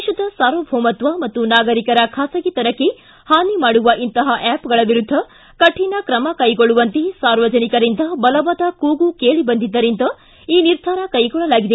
ದೇಶದ ಸಾರ್ವಭೌಮತ್ವ ಮತ್ತು ನಾಗರಿಕರ ಖಾಸಗಿತನಕ್ಕೆ ಪಾನಿ ಮಾಡುವ ಇಂತಹ ಆ್ವಪ್ಗಳ ವಿರುದ್ದ ಕಠಿಣ ಕ್ರಮ ಕೈಗೊಳ್ಳುವಂತೆ ಸಾರ್ವಜನಿಕರಿಂದ ಬಲವಾದ ಕೂಗು ಕೇಳಿ ಬಂದಿದ್ದರಿಂದ ಈ ನಿರ್ಧಾರ ಕೈಗೊಳ್ಳಲಾಗಿದೆ